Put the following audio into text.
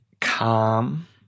calm